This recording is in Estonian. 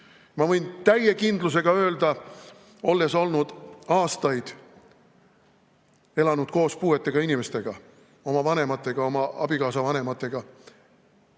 Ma võin täie kindlusega öelda, olles aastaid elanud koos puuetega inimestega, oma vanematega, oma abikaasa vanematega,